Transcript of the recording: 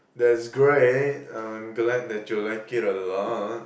that's great I'm glad that you like it a lot